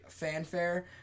Fanfare